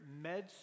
med